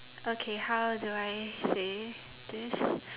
okay how do I say this